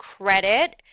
credit